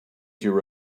your